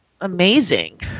amazing